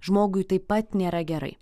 žmogui taip pat nėra gerai